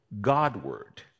Godward